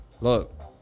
Look